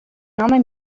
نام